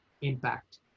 impact